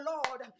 Lord